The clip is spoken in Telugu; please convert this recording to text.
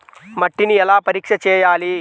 మట్టిని ఎలా పరీక్ష చేయాలి?